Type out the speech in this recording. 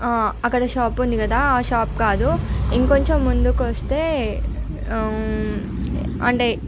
అక్కడ షాప్ ఉంది కదా ఆ షాప్ కాదు ఇంకొంచెం ముందుకు వస్తే అంటే